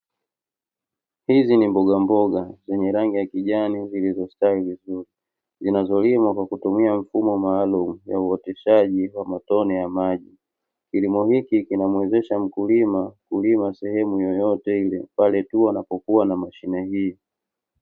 Hizi ni mbogamboga zenye rangi ya kijani, zilizostawi vizuri, zinazolimwa kwa kutumia mfumo maalumu wa uoteshaji wa matone ya maji. Kilimo hiki kinamuwezesha mkulima kulima sehemu yoyote ile pale tu anapokuwa na mashine hii.